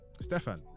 stefan